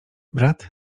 brat